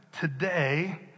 today